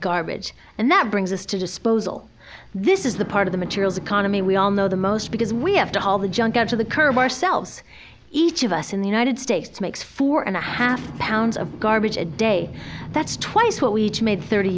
garbage and that brings us to disposal this is the part of the materials economy we all know the most because we have to haul the junk out of the curve ourselves each of us in the united states makes four and a half pounds of garbage a day that's twice what we made thirty